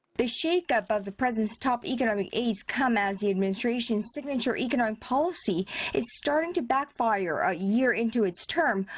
the shake up of the president's top economic aides come as the administration's signature economic policy is starting to backfire a year into its term,